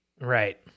right